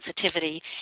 sensitivity